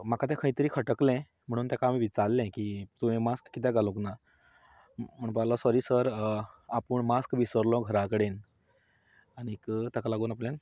म्हाका तें खंय तरी खटकलें म्हणून ताका हांवें विचारलें की तुवें मास्क कित्याक घालूंक ना म्हणपाक लागलो सॉरी सर आपूण मास्क विसरलो घरा कडेन आनी ताका लागून आपणें